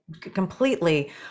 completely